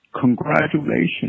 Congratulations